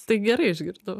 tai gerai išgirdau